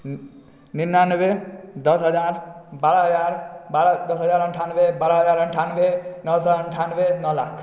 निनानबे दस हजार बारह हजार दस हजार अनठानबे बारह हजार अनठानबे नओ सए अनठानबे नओ लाख